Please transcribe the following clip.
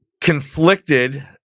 conflicted